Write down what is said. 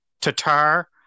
Tatar